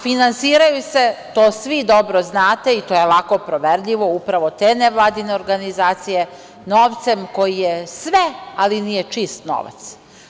Finansiraju se, to svi dobro znate i to je lako proverljivo, upravo te nevladine organizacije novcem koji je sve, ali nije čist novac.